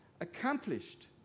accomplished